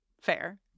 fair